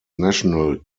national